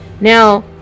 Now